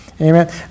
Amen